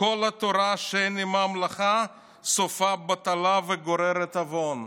"כל תורה שאין עימה מלאכה סופה בטלה וגוררת עוון".